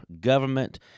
government